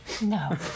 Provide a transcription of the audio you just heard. No